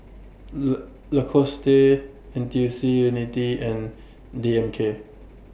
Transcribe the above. La Lacoste N T U C Unity and D N K